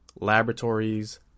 laboratories